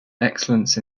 excellence